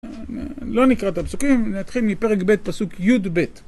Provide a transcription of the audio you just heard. לא נקרא את הפסוקים, נתחיל מפרק ב' פסוק י״ב.